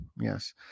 yes